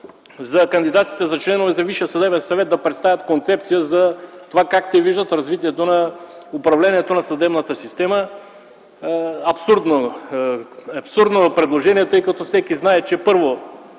кандидатите за членове на Висшия съдебен съвет да представят концепция за това как се виждат в развитието на управлението на съдебната система е абсурдно предложение, тъй като всеки знае, че, първо,